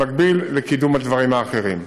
במקביל לקידום הדברים האחרים.